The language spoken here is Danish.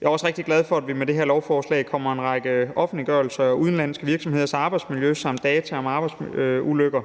Jeg er også rigtig glad for, at vi med det her lovforslag får en række offentliggørelser af udenlandske virksomheders arbejdsmiljø samt data om arbejdsulykker.